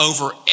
over